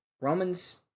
Roman's